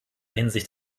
hinsicht